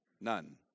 None